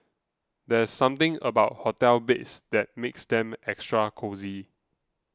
there's something about hotel beds that makes them extra cosy